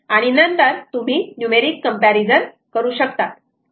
आणि नंतर तुम्ही नुमेरिक कम्पॅरिझन करू शकतात